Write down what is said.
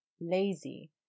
lazy